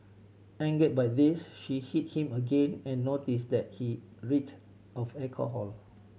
angered by this she hit him again and noticed that he reeked of alcohol